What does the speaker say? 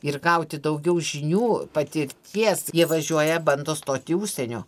ir gauti daugiau žinių patirties jie važiuoja bando stot į užsienio